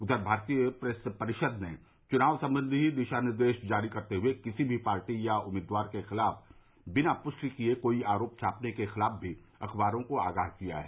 उधर भारतीय प्रेस परिषद ने चुनाव संबंधी दिशा निर्देश जारी करते हुए किसी भी पार्टी या उम्मीदवार के खिलाफ बिना पृष्टि किए कोई आरोप छापने के खिलाफ भी अखबारों को आगाह किया है